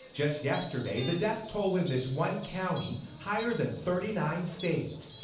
just yesterday, the death toll in this one county higher than thirty nine states.